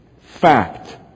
Fact